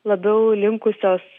labiau linkusios